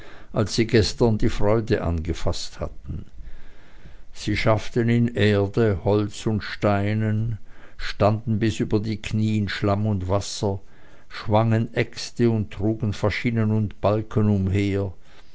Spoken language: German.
als sie gestern die freude angefaßt hatten sie schafften in erde holz und steinen standen bis über die knie in schlamm und wasser schwangen äxte und trugen faschinen und balken umher